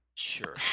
Sure